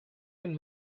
been